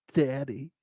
daddy